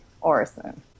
Orison